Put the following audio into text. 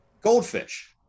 Goldfish